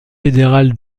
fédéral